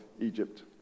Egypt